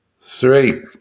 Three